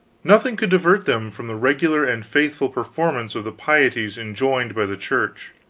nothing could divert them from the regular and faithful performance of the pieties enjoined by the church.